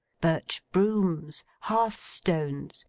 birch brooms, hearth stones,